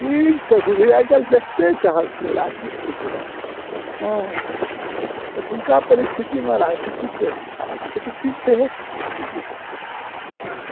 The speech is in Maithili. ठीक छै सुधीर आइ काल्हि देखते छहक राजनीतिके हँ एखुनका परिस्थितिमे राजनीति बड़ा विचित्र चीज छै हो